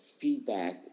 feedback